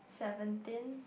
seventeen